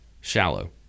shallow